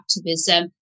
activism